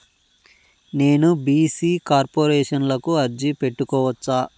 నేను BC corporation కు అర్జీ పెట్టుకోవచ్చా?